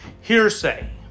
hearsay